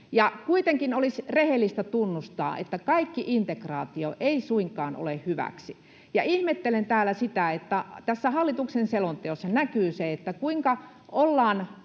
Kuitenkin olisi rehellistä tunnustaa, että kaikki integraatio ei suinkaan ole hyväksi. Ja ihmettelen täällä sitä, että tässä hallituksen selonteossa näkyy se, kuinka ollaan